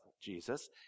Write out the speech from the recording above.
Jesus